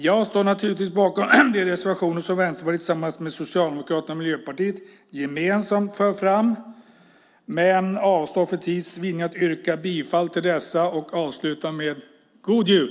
Jag står naturligtvis bakom de reservationer som Vänsterpartiet tillsammans med Socialdemokraterna och Miljöpartiet gemensamt för fram men avstår för tids vinnande från att yrka bifall till dessa och avslutar med: God jul!